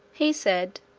he said,